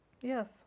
Yes